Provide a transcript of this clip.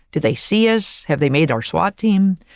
do they see us, have they made our swat team?